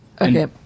Okay